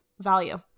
value